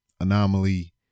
Anomaly